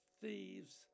thieves